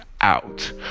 out